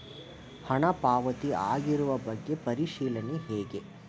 ಹಣ ಪಾವತಿ ಆಗಿರುವ ಬಗ್ಗೆ ಪರಿಶೀಲನೆ ಹೇಗೆ?